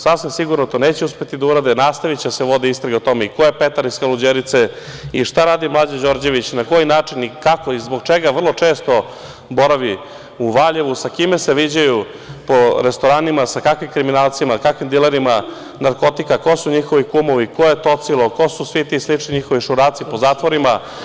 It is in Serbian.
Sasvim sigurno to neće uspeti da urade, nastaviće da se vode istrage o tome i ko je Petar iz Kaluđerice, i šta radi Mlađa Đorđević, na koji način, kako i zbog čega vrlo često boravi u Valjevu, sa kime se viđaju po restoranima, sa kakvim kriminalcima, kakvim dilerima narkotika, ko su njihovi kumovi, ko je tocilo, ko su svi ti slični njihovi šuraci po zatvorima.